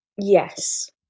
Yes